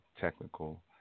technical